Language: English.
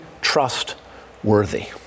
trustworthy